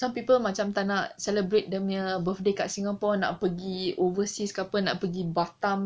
some people macam tak nak celebrate dia punya birthday kat singapore nak pergi overseas ke apa nak pergi batam